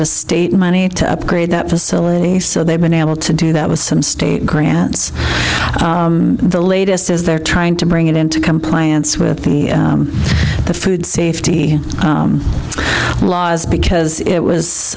of state money to upgrade that facility so they've been able to do that with some state grants the latest is they're trying to bring it into compliance with the food safety laws because it